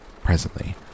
Presently